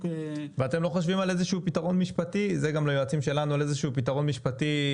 ואתם לא חושבים על איזה שהוא פתרון משפטי?